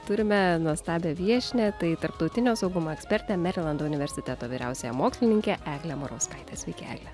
turime nuostabią viešnią tai tarptautinio saugumo ekspertė merilando universiteto vyriausiąją mokslininkę eglę murauskaitę sveiki egle